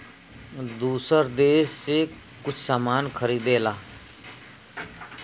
दूसर देस से कुछ सामान खरीदेला